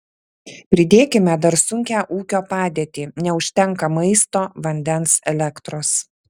pridėkime dar sunkią ūkio padėtį neužtenka maisto vandens elektros